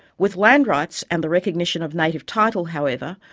with land rights and the recognition of native title, however,